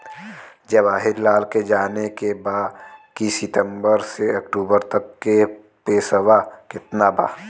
जवाहिर लाल के जाने के बा की सितंबर से अक्टूबर तक के पेसवा कितना बा?